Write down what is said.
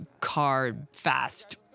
car-fast